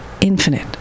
infinite